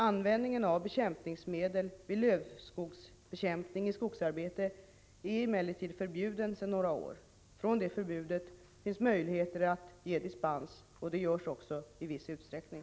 Användningen av bekämpningsmedel vid lövslybekämpning i skogsarbete är emellertid förbjuden sedan några år. Från det förbudet finns möjligheter att ge dispens, vilket också sker i viss utsträckning.